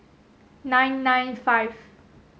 nine nine five